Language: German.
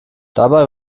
dabei